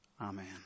Amen